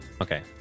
Okay